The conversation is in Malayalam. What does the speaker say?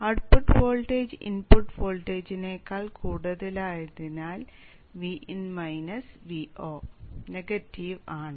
ഔട്ട്പുട്ട് വോൾട്ടേജ് ഇൻപുട്ട് വോൾട്ടേജിനേക്കാൾ കൂടുതലായതിനാൽ Vin Vo നെഗറ്റീവ് ആണ്